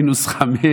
מינוס 5,